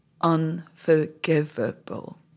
unforgivable